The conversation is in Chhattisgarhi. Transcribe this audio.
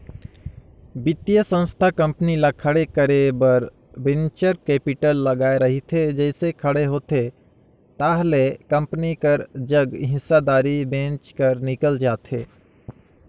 बित्तीय संस्था कंपनी ल खड़े करे बर वेंचर कैपिटल लगाए रहिथे जइसे खड़े होथे ताहले कंपनी कर जग हिस्सादारी बेंच कर निकल जाथे